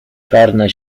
czarne